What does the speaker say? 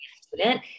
student